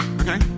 Okay